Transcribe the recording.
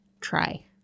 try